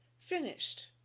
finished!